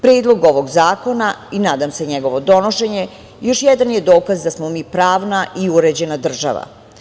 Predlog ovog zakona, i nadam se njegovo donošenje, još jedan je dokaz da smo mi pravna i uređena država.